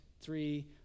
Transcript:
three